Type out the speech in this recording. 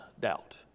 doubt